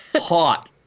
hot